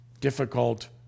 difficult